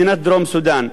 מדינת דרום-סודן,